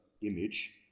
image